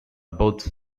both